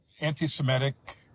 anti-Semitic